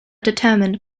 determined